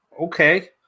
Okay